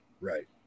Right